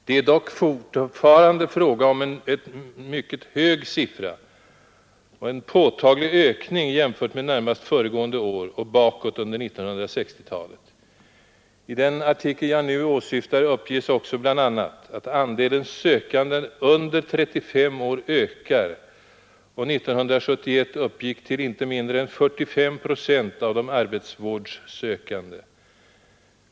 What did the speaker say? Det är dock fortfarande fråga om en mycket hög siffra och en påtaglig ökning jämfört med närmast föregående år och bakåt under 1960-talet. I den artikel jag nu åsyftar uppges också bl.a. att andelen sökande under 35 år ökar och 1971 uppgick till inte mindre än 45 procent av de arbetsvårdssökande.